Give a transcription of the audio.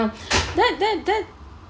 ya that that that